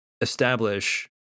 establish